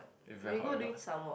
very hot very hot